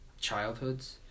childhoods